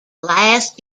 last